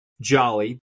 Jolly